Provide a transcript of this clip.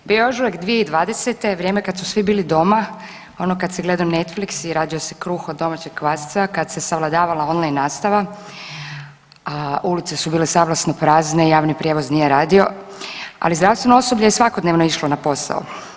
Bio je ožujak 2020. vrijeme kad su svi bili doma, ono kad se gledao Netflix i radio se kruh od domaćeg kvasca, kad se savladavala online nastava, a ulice su bile sablasno prazne i javni prijevoz nije radio, ali zdravstveno osoblje je svakodnevno išlo na posao.